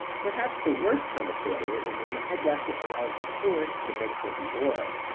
perhaps the worst kind of failure is when the head gasket allows the coolant to mix with the oil.